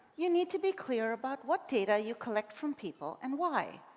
you need to be clear about what data you collect from people and why,